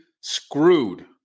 screwed